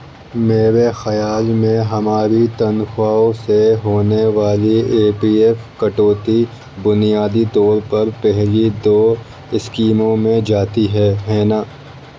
میرے خیال میں ہماری تنخواہوں سے ہونے والی اے پی ایف کٹوتی بنیادی طور پر پہلی دو اسکیموں میں جاتی ہے ہے نا